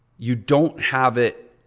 you don't have it,